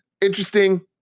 Interesting